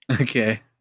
Okay